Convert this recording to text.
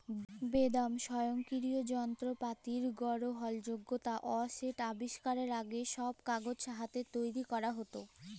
বেদম স্বয়ংকিরিয় জলত্রপাতির গরহলযগ্যতা অ সেট আবিষ্কারের আগে, ছব কাগজ হাতে তৈরি ক্যরা হ্যত